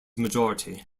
majority